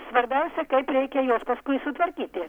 svarbiausia kaip reikia juos paskui sutvarkyti